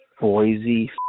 Boise